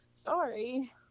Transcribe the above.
Sorry